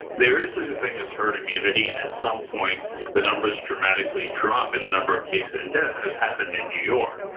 there is such a thing as herd immunity, and at some point the numbers dramatically drop in the number of cases and deaths, as happened in new york,